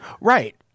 Right